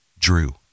drew